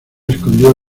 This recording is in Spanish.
escondió